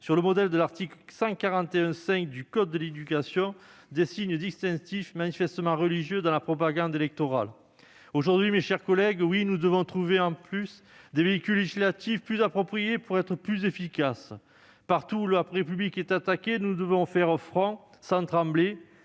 sur le modèle de l'article 141-5 du code de l'éducation, des signes distinctifs manifestement religieux dans la propagande électorale. Aujourd'hui, mes chers collègues, nous devons trouver des véhicules législatifs plus appropriés pour être plus efficaces. Partout où la République est attaquée, nous devons faire front sans trembler,